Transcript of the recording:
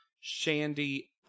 Shandy